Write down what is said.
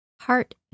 heart